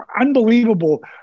unbelievable